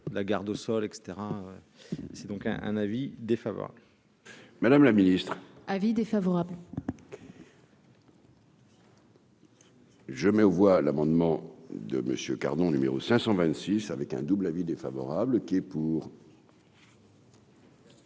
la garde au sol et cetera, c'est donc un un avis défavorable. Madame la Ministre avis défavorable. Je mets aux voix l'amendement de Monsieur carton numéro 526 avec un double avis défavorable qui est pour.